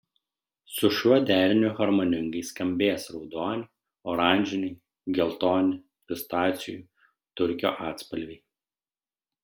su šiuo deriniu harmoningai skambės raudoni oranžiniai geltoni pistacijų turkio atspalviai